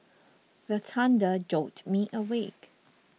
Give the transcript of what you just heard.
the thunder jolt me awake